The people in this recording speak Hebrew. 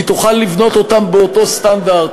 היא תוכל לבנות אותם באותו סטנדרט,